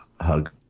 hug